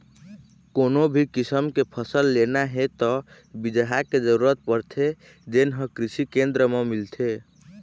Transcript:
कोनो भी किसम के फसल लेना हे त बिजहा के जरूरत परथे जेन हे कृषि केंद्र म मिलथे